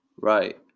Right